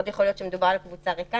מאוד יכול להיות שמדובר על קבוצה ריקה